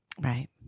Right